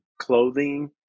clothing